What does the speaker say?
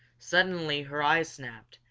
suddenly her eyes snapped,